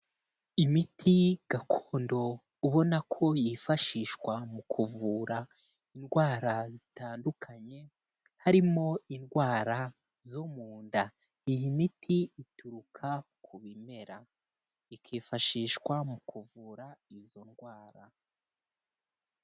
Imiti gakondo ubona ko yifashishwa mu kuvura indwara zitandukanye, harimo indwara zo mu nda. Iyi miti ituruka ku bimera. Ikifashishwa mu kuvura izo ndwara.